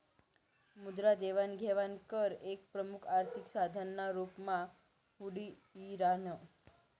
मुद्रा देवाण घेवाण कर एक प्रमुख आर्थिक साधन ना रूप मा पुढे यी राह्यनं